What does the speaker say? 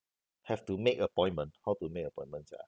have to make appointment how to make appointments sia